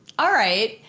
alright,